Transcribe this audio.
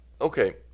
Okay